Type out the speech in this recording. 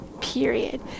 period